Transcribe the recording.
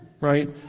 Right